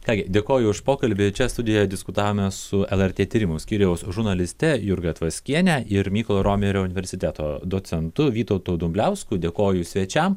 ką gi dėkoju už pokalbį čia studijoje diskutavome su lrt tyrimų skyriaus žurnaliste jurga tvaskiene ir mykolo romerio universiteto docentu vytautu dumbliausku dėkoju svečiam